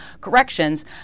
corrections